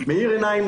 שלט מאיר עיניים,